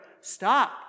stop